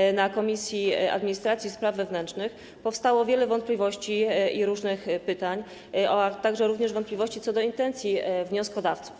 posiedzeniu Komisji Administracji i Spraw Wewnętrznych powstało wiele wątpliwości i różnych pytań, a także wątpliwości co do intencji wnioskodawców.